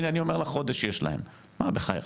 הנה אני אומר לך, חודש יש להם, בחייך.